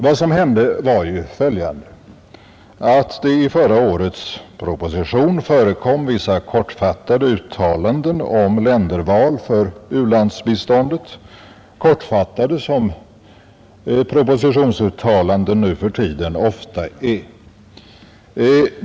Vad som verkligen hänt var följande: I förra årets proposition förekom vissa kortfattade uttalanden om länderval för u-landsbistånd, kortfattade som propositionsuttalanden nu för tiden ofta är.